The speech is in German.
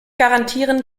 garantieren